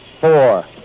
four